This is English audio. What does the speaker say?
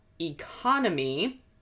economy